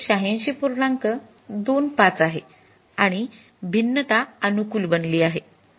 २५ आहे आणि भिन्नता अनुकूल बनली आहे